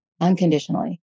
unconditionally